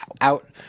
out